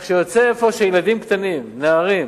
יוצא אפוא שילדים קטנים, נערים,